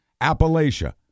Appalachia